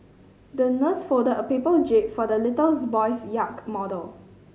the nurse folded a paper jib for the little boy's yak model